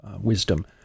wisdom